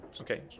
Okay